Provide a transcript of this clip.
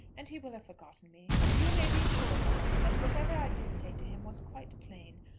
and he will have forgotten me. you may be sure, mamma, that whatever i did say to him was quite plain.